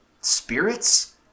spirits